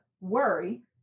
worry